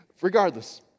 Regardless